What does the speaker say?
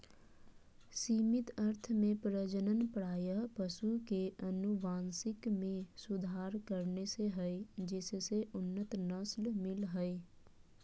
सीमित अर्थ में प्रजनन प्रायः पशु के अनुवांशिक मे सुधार करने से हई जिससे उन्नत नस्ल मिल हई